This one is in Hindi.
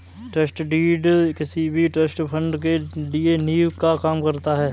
ट्रस्ट डीड किसी भी ट्रस्ट फण्ड के लिए नीव का काम करता है